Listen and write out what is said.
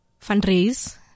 Fundraise